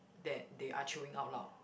that they are chewing out loud